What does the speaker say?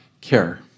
care